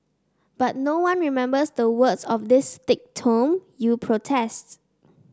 but no one remembers the words of this thick tome you protest